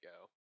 go